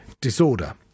Disorder